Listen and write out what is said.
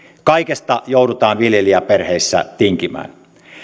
kaikesta joudutaan viljelijäperheissä tinkimään